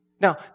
Now